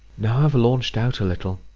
now i have launched out a little,